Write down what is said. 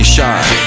Shine